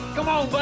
come on,